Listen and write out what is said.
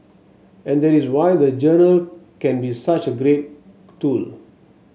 and that is why the journal can be such a great tool